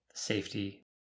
Safety